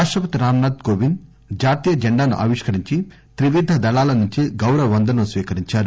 రాష్టపతి రామ్ నాథ్ కోవింద్ జాతీయ జెండాను ఆవిష్కరించి త్రివిధ దళాల నుంచి గౌరవ వందనం స్వీకరించారు